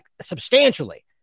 substantially